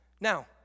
Now